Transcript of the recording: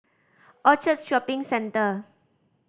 Orchard Shopping Centre